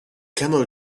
camel